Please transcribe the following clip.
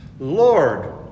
Lord